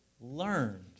learned